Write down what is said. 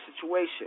situation